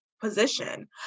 position